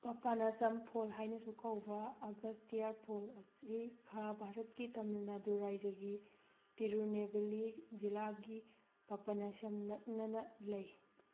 Papanasam fall ꯍꯥꯏꯅꯁꯨ ꯀꯧꯕ Agasthiyar fall ꯑꯁꯤ ꯈꯩ ꯚꯥꯔꯠꯀꯤ ꯇꯥꯃꯤꯜ ꯅꯥꯏꯗꯨ ꯔꯥꯏꯖ꯭ꯌꯥꯒꯤ ꯇꯤꯔꯨꯅꯦꯚꯦꯂꯤ ꯖꯤꯂꯥꯒꯤ ꯄꯄꯥꯅꯥꯁꯝ ꯅꯛꯅꯅ ꯂꯩ